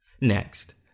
Next